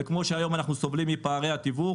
וכמו שהיום אנחנו סובלים מפערי התיווך